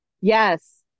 Yes